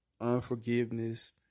unforgiveness